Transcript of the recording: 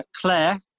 Claire